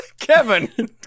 Kevin